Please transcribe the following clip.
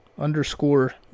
underscore